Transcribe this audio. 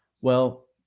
well,